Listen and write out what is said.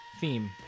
theme